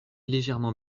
légèrement